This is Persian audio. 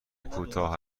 کوتاه